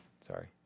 sorry